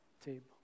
table